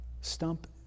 Stump